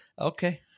Okay